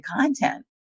content